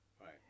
Right